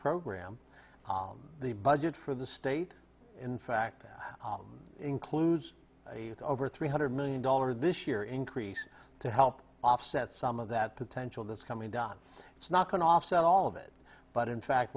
program the budget for the state in fact that includes a over three hundred million dollars this year increase to help offset some of that potential that's coming down it's not going to offset all of it but in fact